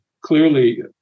clearly